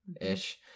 ish